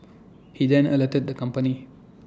he then alerted the company